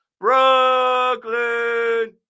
Brooklyn